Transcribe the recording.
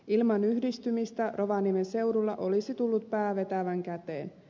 ilman yhdistymistä rovaniemen seudulla olisi tullut pää vetävän käteen